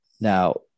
now